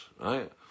right